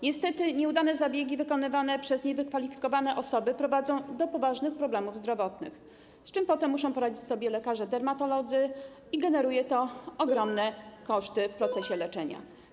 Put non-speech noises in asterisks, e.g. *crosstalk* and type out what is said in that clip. Niestety nieudane zabiegi wykonywane przez niewykwalifikowane osoby prowadzą do poważnych problemów zdrowotnych, z czym potem muszą poradzić sobie lekarze dermatolodzy, co generuje *noise* ogromne koszty w procesie leczenia.